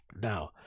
Now